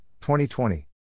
2020